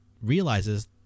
realizes